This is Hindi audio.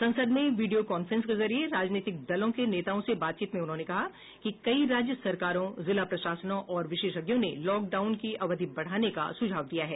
संसद में वीडियो कॉन्फेंस के जरिये राजनीतिक दलों के नेताओं से बातचीत में उन्होंने कहा कि कई राज्य सरकारों जिला प्रशासनों और विशेषज्ञों ने लॉकडाउन की अवधि बढ़ाने का सुझाव दिया है